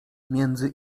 między